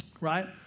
right